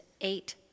eight